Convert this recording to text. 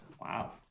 Wow